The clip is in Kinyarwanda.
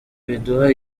biduha